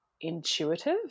intuitive